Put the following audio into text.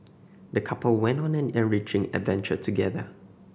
the couple went on an enriching adventure together